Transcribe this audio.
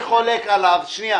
אני חולק עליו, שנייה.